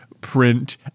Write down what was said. print